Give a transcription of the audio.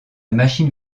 machine